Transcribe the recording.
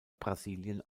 brasilien